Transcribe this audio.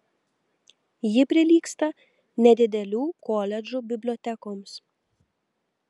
ji prilygsta nedidelių koledžų bibliotekoms